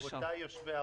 יושבי-הראש,